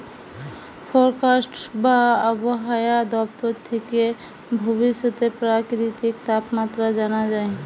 forecast বা আবহায়া দপ্তর থেকে ভবিষ্যতের প্রাকৃতিক তাপমাত্রা জানা যায়